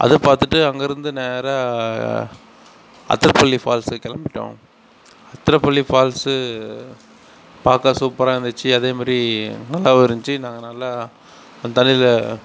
அதை பார்த்துட்டு அங்கேருந்து நேராக அத்திரப்பள்ளி ஃபால்ஸுக்கு கிளம்பிட்டோம் அத்திரப்பள்ளி ஃபால்ஸு பார்க்க சூப்பராக இருந்துச்சு அதேமாதிரி நல்லாவும் இருந்துச்சி நாங்கள் நல்லா அந்த தண்ணியில்